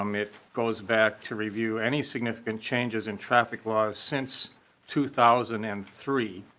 um it goes back to review any significant changes in traffic laws since two thousand and three.